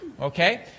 okay